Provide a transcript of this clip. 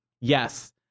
Yes